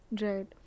Right